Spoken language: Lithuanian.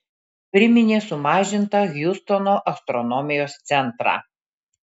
priminė sumažintą hjustono astronomijos centrą